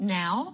now